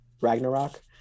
Ragnarok